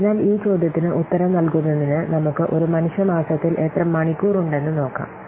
അതിനാൽ ഈ ചോദ്യത്തിന് ഉത്തരം നൽകുന്നതിന് നമുക്ക് ഒരു മനുഷ്യ മാസത്തിൽ എത്ര മണിക്കൂർ ഉണ്ടെന്ന് നോക്കാം